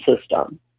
system